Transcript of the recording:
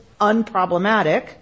unproblematic